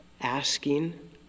asking